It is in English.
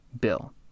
bill